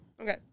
Okay